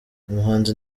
umuhanzi